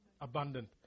abundant